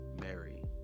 Mary